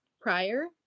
prior